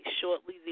Shortly